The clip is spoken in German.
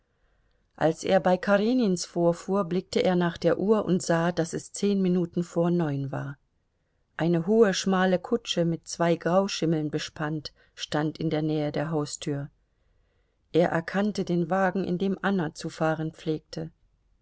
als er bei karenins vorfuhr blickte er nach der uhr und sah daß es zehn minuten vor neun war eine hohe schmale kutsche mit zwei grauschimmeln bespannt stand in der nähe der haustür er erkannte den wagen in dem anna zu fahren pflegte